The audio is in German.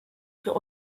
für